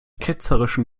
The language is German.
ketzerischen